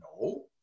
No